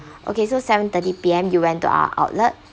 okay so seven thirty P_M you went to our outlet